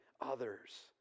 others